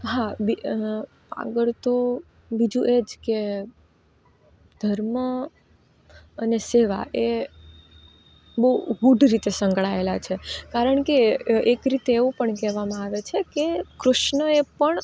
હા આગળ તો બીજું એ જ કે ધર્મ અને સેવા એ બહુ ગૂઢ રીતે સંકળાયેલા છે કારણ કે એક રીતે તેવું પણ કહેવામાં આવે કે કૃષ્ણએ પણ